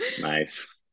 nice